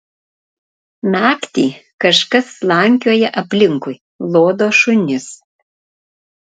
naktį kažkas slankioja aplinkui lodo šunis